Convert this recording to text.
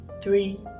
three